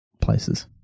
places